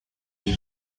you